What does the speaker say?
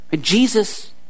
Jesus